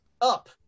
up